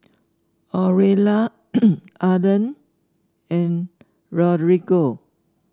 Aurelia Arlen and Rodrigo